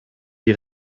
die